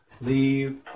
leave